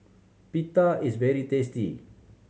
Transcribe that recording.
pita is very tasty